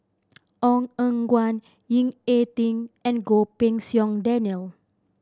Ong Eng Guan Ying E Ding and Goh Pei Siong Daniel